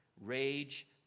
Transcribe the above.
rage